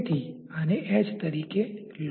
તેથીઆને h તરીકે લો